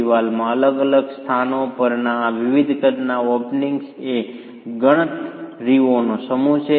દિવાલમાં અલગ અલગ સ્થાનો પરના આ વિવિધ કદના ઓપનિંગ્સ એ ગણતરીઓનો સમૂહ છે